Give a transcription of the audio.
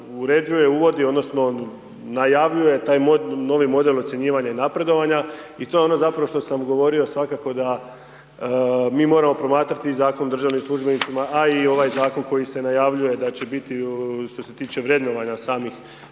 uređuje, uvodi odnosno najavljuje taj novi model ocjenjivanja i napredovanja i to je ono zapravo što sam govorio, svakako je da mi moramo promatrati Zakon o državnim službenicima a i ovaj zakon koji se najavljuje da će biti što se tiče vrednovanja i